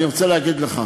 אני רוצה להגיד לך,